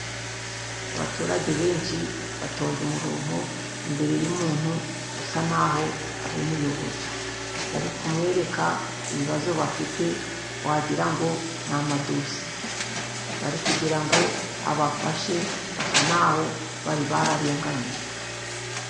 Abaturage benshi batonze umurongo imbere y'umuntu usa n'aho ari umuyobozi. Bari kumwereka ibibazo bafite, wagirango ni amadosiye. Bari kugira ngo abafashe, basa n'aho bari bararenganyijwe.